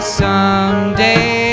someday